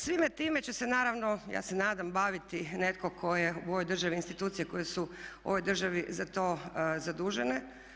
Svime time će se naravno, ja se nadam, baviti netko tko je u ovoj državi, institucije koje su u ovoj državi za to zadužene.